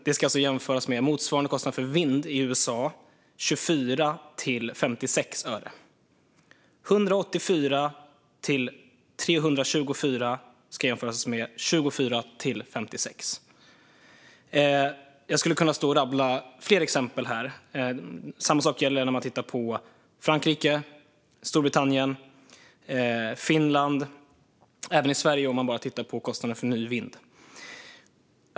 Det ska jämföras med motsvarande kostnad för vindkraft i USA: 24-56 öre. Jag skulle kunna stå och rabbla fler exempel. Samma sak gäller Frankrike, Storbritannien och Finland - samt även Sverige, om man bara tittar på kostnaden för ny vindkraft.